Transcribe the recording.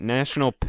National